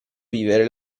vivere